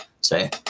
say